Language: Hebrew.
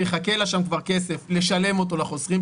יחכה לה שם כבר כסף לשלם אותו לחוסכים,